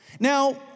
Now